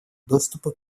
доступа